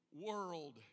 world